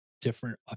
different